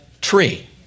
tree